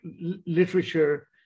literature